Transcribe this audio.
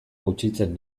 gutxitzen